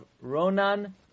Ronan